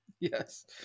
yes